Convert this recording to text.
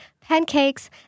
pancakes